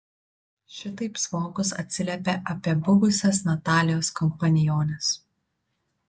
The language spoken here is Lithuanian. šitaip zvonkus atsiliepė apie buvusias natalijos kompaniones